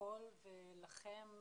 לפרוטוקול ולכן,